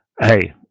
hey